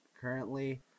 Currently